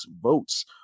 votes